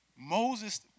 Moses